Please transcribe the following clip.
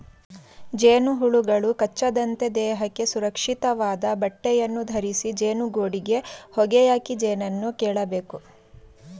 ಜೇನುಹುಳುಗಳು ಕಚ್ಚದಂತೆ ದೇಹಕ್ಕೆ ಸುರಕ್ಷಿತವಾದ ಬಟ್ಟೆಯನ್ನು ಧರಿಸಿ ಜೇನುಗೂಡಿಗೆ ಹೊಗೆಯಾಕಿ ಜೇನನ್ನು ಕೇಳಬೇಕು